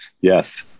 yes